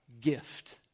gift